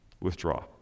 Withdraw